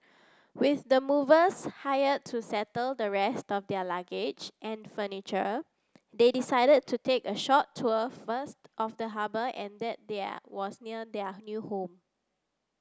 with the movers hired to settle the rest of their luggage and furniture they decided to take a short tour first of the harbour and that their was near their new home